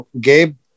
Gabe